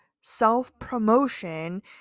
self-promotion